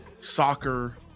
soccer